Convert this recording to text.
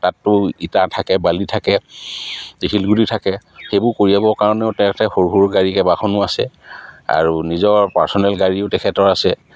তাতো ইটা থাকে বালি থাকে শিলগুটি থাকে সেইবোৰ কঢ়িয়াবৰ কাৰণেও তেওঁৰ তাতে সৰু সৰু গাড়ী কেইবাখনো আছে আৰু নিজৰ পাৰ্চনেল গাড়ীও তেখেতৰ আছে